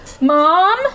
Mom